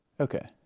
okay